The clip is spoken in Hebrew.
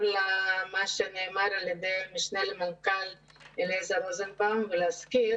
למה שנאמר על ידי המשנה למנכ"ל המשרד לביטחון פנים ולהזכיר